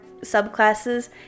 subclasses